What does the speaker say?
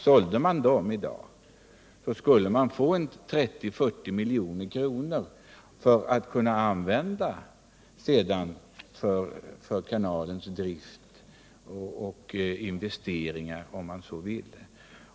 Sålde man dem i dag, skulle man få 30-40 milj.kr. som man sedan kunde använda för kanalens drift — och för investeringar, om man så vill.